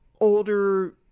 older